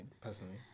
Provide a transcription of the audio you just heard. personally